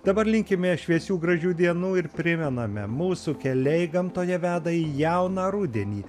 dabar linkime šviesių gražių dienų ir primename mūsų keliai gamtoje veda į jauną rudenį